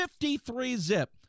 53-zip